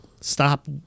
stop